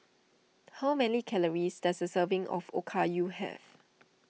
how many calories does a serving of Okayu have